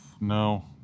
No